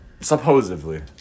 Supposedly